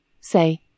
Say